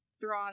Thrawn